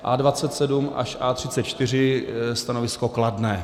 A27 až A34 stanovisko kladné.